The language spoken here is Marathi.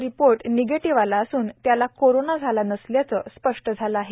त्याचा रिपोर्ट निगेटिव्ह आला असून त्याला कोरोना झाला नसल्याचं स्पष्ट झालं आहे